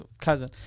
cousin